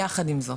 יחד עם זאת,